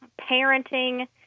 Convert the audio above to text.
parenting